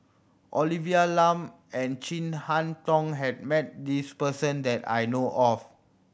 Olivia Lum and Chin Harn Tong has met this person that I know of